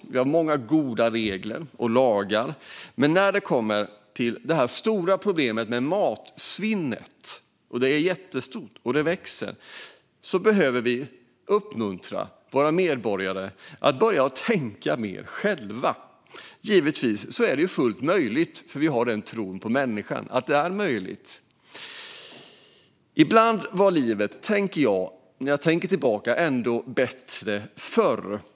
Vi har många goda regler och lagar. Men när det kommer till det stora problemet med matsvinnet - det är jättestort, och det växer - behöver vi uppmuntra våra medborgare till att börja tänka mer själva. Givetvis är det fullt möjligt. Vi har den tron på människan. Ibland var livet, tänker jag när jag ser tillbaka, bättre förr.